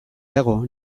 dago